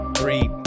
three